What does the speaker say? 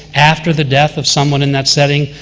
after the death of someone in that setting,